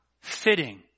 fitting